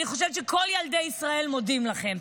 אני חושבת שכל ילדי ישראל מודים לכם.